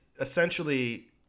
essentially